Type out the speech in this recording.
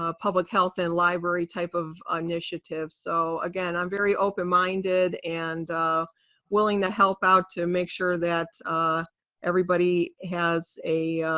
ah public health and library type of initiatives. so again, i'm very open-minded, and willing to help out to make sure that everybody has a